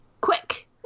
quick